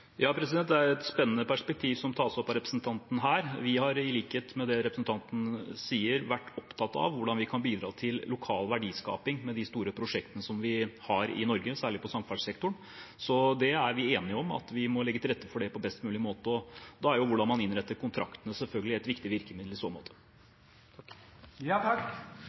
tas opp av representanten her. Vi har i likhet med det representanten sier, vært opptatt av hvordan vi kan bidra til lokal verdiskaping med de store prosjektene vi har i Norge, særlig på samferdselssektoren, så vi er enige om at vi må legge til rette for det på best mulig måte. Da er jo hvordan man innretter kontrakten, selvfølgelig et viktig virkemiddel i så måte.